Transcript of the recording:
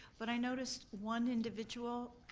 but i noticed one individual,